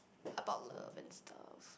about love and stuff